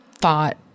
thought